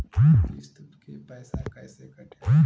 किस्त के पैसा कैसे कटेला?